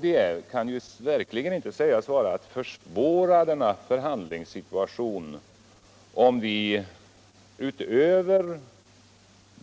Det kan verkligen inte sägas vara att försvåra förhandlingssituationen om vi, utöver